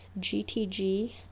GTG